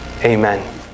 Amen